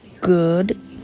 good